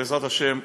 ובעזרת השם,